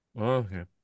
okay